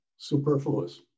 Superfluous